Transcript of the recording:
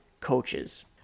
coaches